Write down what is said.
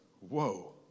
whoa